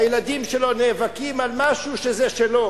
הילדים שלו נאבקים על משהו שזה שלו.